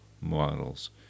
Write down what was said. models